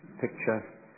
picture